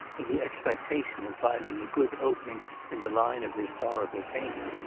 in the expectation of finding a good opening in the line of historical painting,